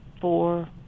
four